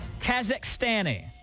Kazakhstani